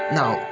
now